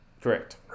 Correct